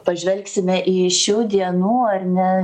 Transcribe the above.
pažvelgsime į šių dienų ar ne